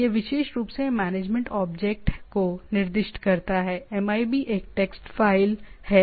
यह विशेष रूप से मैनेजमेंट ऑब्जेक्ट को निर्दिष्ट करता है MIB एक टेक्स्ट फ़ाइल है